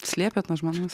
slėpėt nuo žmonos